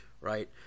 right